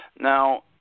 Now